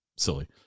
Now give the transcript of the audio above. silly